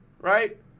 right